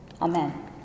Amen